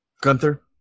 Gunther